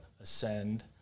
ascend